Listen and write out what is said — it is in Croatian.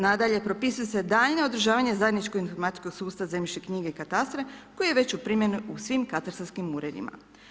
Nadalje, propisuje se daljnja održavanja zajedničkog informacijskog sustava zemljišne knjige i katastra koji je već u primjeni u svim katastarskim uvjetima.